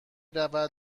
رود